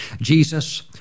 Jesus